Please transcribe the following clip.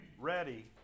ready